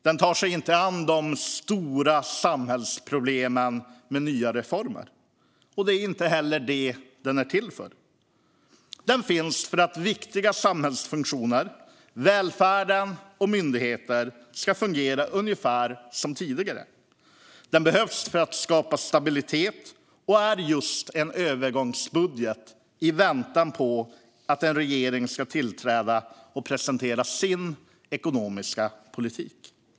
Den tar sig inte an de stora samhällsproblemen med nya reformer. Det är inte heller det den är till för. Den finns för att viktiga samhällsfunktioner, välfärd och myndigheter ska fungera ungefär som tidigare. Den behövs för att skapa stabilitet, och den är just en övergångsbudget i väntan på att en regering ska tillträda och presentera sin ekonomiska politik.